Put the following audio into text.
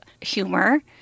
humor